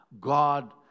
God